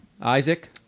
Isaac